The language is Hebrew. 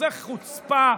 זו חוצפה.